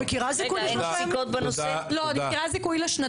את מכירה זיכוי לשלושה ימים?